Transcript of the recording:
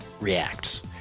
reacts